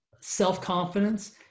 self-confidence